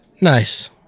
Nice